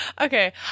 Okay